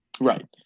right